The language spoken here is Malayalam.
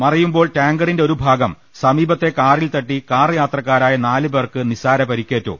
മറിയുമ്പോൾ ടാങ്കറിന്റെ ഒരു ഭാഗം സമീപത്തെ കാറിൽ തട്ടി കാർ യാത്രക്കാരായ നാല് പേർക്ക് നിസാര പരിക്കേറ്റു